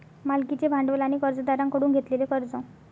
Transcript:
मालकीचे भांडवल आणि कर्जदारांकडून घेतलेले कर्ज